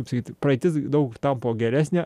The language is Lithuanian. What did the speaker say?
kaip sakyt praeitis daug tapo geresnė